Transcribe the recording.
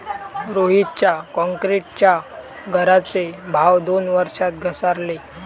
रोहितच्या क्रॉन्क्रीटच्या घराचे भाव दोन वर्षात घसारले